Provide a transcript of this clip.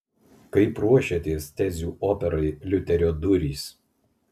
kaip ruošiatės tezių operai liuterio durys